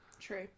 true